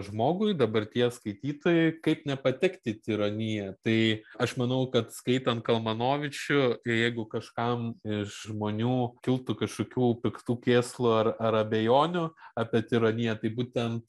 žmogui dabarties skaitytojui kaip nepatekt į tironiją tai aš manau kad skaitant kalmanovičių tai jeigu kažkam iš žmonių kiltų kažkokių piktų kėslų ar ar abejonių apie tironiją tai būtent